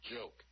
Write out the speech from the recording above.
joke